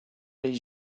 did